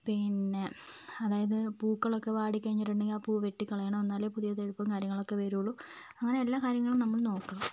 പിന്നേ അതായത് പൂക്കളൊക്കേ വാടിക്കഴിഞ്ഞിട്ടുണ്ടെങ്കിൽ ആ പൂ വെട്ടിക്കളയണം എന്നാലേ പുതിയ തഴുപ്പും കാര്യങ്ങളൊക്കേ വരികയുള്ളൂ അങ്ങനെ എല്ലാ കാര്യങ്ങളും നമ്മള് നോക്കണം